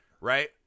Right